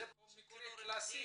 זה מקרה קלאסי.